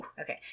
okay